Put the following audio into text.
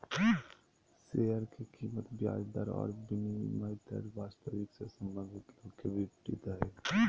share के कीमत ब्याज दर और विनिमय दर वास्तविक से संबंधित लोग के विपरीत हइ